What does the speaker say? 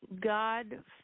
God